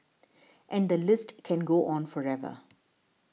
and the list can go on forever